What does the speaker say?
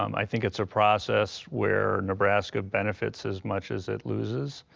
um i think it's a process where nebraska benefits as much as it loses.